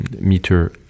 meter